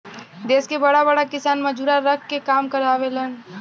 देस के बड़ा बड़ा किसान मजूरा रख के काम करावेलन